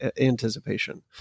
anticipation